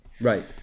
right